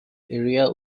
area